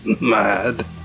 mad